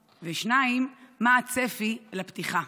2. מה הצפי לפתיחה?